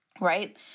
right